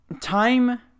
Time